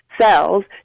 cells